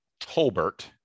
Tolbert